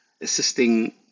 assisting